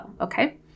Okay